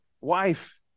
wife